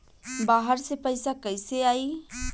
बाहर से पैसा कैसे आई?